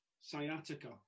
sciatica